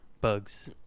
bugs